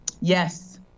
Yes